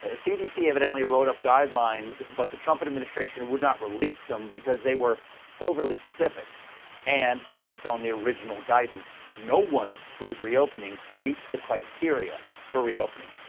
ah c d c. evidentally wrote up guidelines, but the trump administration would not release them because they were overly specific and based on the original guidance, no one who is reopening meets the criteria for reopening.